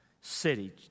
city